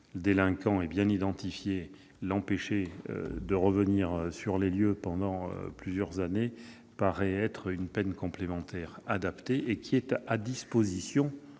délinquant est bien identifié, l'empêcher de revenir sur les lieux pendant plusieurs années paraît une peine complémentaire adaptée, sachant que cette